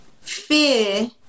fear